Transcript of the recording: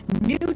New